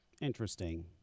Interesting